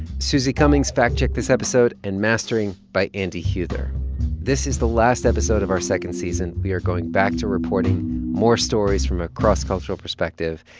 susie cummings fact-checked this episode and mastering by andy huether this is the last episode of our second season. we are going back to reporting more stories from a cross-cultural perspective.